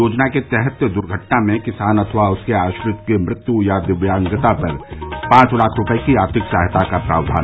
योजना के तहत दुर्घटना में किसान अथवा उसके आश्रित की मृत्यु या दिव्यांगता पर पांच लाख रुपए की आर्थिक सहायता का प्रावधान